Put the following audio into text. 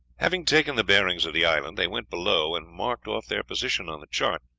having taken the bearings of the island they went below, and marked off their position on the chart,